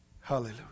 Hallelujah